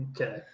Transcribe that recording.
okay